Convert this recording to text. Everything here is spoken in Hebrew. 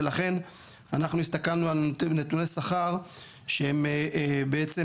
ולכן אנחנו הסתכלנו על נתוני שכר שהם בעצם